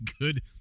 good